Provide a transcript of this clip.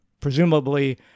presumably